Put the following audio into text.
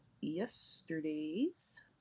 yesterday's